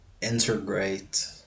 integrate